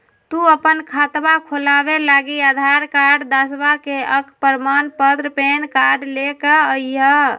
तू अपन खतवा खोलवे लागी आधार कार्ड, दसवां के अक प्रमाण पत्र, पैन कार्ड ले के अइह